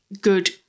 good